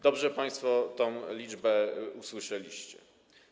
Dobrze państwo tę liczbę usłyszeliście.